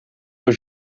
door